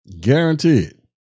guaranteed